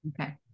Okay